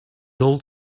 old